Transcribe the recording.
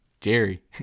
Jerry